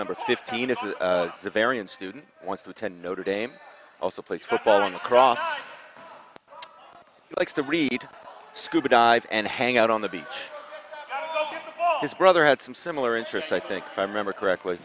number fifteen of the varian student wants to attend notre dame also plays football on the cross likes to read scuba dive and hang out on the beach his brother had some similar interests i think i remember correctly